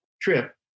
trip